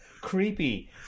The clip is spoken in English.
creepy